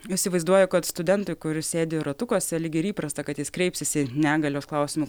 įsivaizduoju kad studentui kuris sėdi ratukuose lyg ir įprasta kad jis kreipsis į negalios klausimų